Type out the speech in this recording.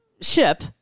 ship